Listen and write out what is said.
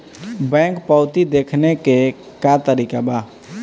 Bank पवती देखने के का तरीका बा?